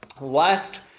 Last